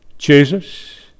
Jesus